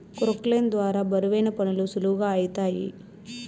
క్రొక్లేయిన్ ద్వారా బరువైన పనులు సులువుగా ఐతాయి